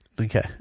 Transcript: Okay